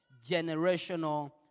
generational